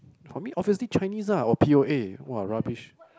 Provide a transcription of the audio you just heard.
for me obviously Chinese lah or P_O_A !wah! rubbish